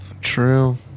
True